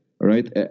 Right